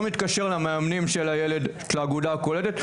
לא מתקשר למאמנים של הילד באגודה הקולטת,